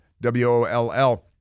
W-O-L-L